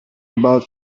about